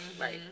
Right